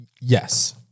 yes